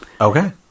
Okay